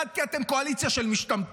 1. כי אתם קואליציה של משתמטים.